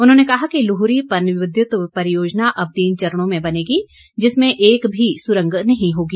उन्होंने कहा कि लुहरी पनविद्यत परियोजना अब तीन चरणों में बनेगी जिसमें एक भी सुरंग नहीं होगी